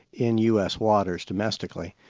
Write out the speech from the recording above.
in us waters domestically.